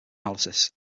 analysis